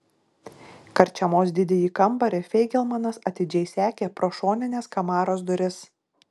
karčiamos didįjį kambarį feigelmanas atidžiai sekė pro šonines kamaros duris